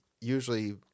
Usually